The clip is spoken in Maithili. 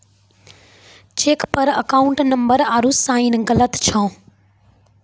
चेक पर अकाउंट नंबर आरू साइन गलत छौ